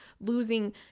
losing